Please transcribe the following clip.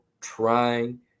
trying